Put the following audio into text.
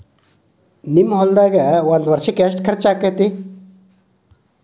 ನಿಮ್ಮ ಹೊಲ್ದಾಗ ಒಂದ್ ವರ್ಷಕ್ಕ ಎಷ್ಟ ಖರ್ಚ್ ಆಕ್ಕೆತಿ?